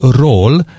role